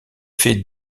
fait